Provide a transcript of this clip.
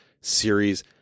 series